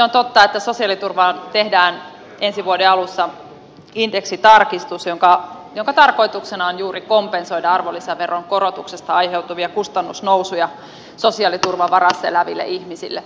on totta että sosiaaliturvaan tehdään ensi vuoden alussa indeksitarkistus jonka tarkoituksena on juuri kompensoida arvonlisäveron korotuksesta aiheutuvia kustannusnousuja sosiaaliturvan varassa eläville ihmisille